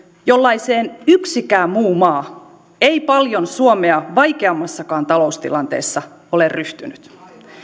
millaiseen yksikään muu maa ei paljon suomea vaikeammassakaan taloustilanteessa ole ryhtynyt